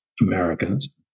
Americans